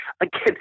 again